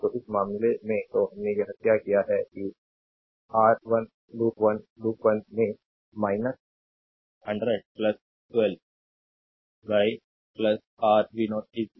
तो इस मामले में तो हमने यह क्या किया है कि आर 1 लूप 1 लूप 1 में 100 12 बाय आर v0 0